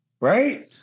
right